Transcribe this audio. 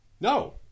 No